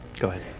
go ahead.